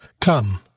Come